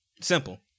Simple